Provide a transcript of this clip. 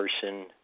person